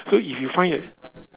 so if you find that